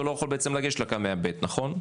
הוא לא יכול בעצם לגשת לקמ"ע ב' נכון?